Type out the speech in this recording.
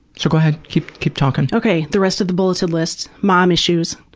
so go ahead, keep keep talkingsr ok, the rest of the bulleted list. mom issues,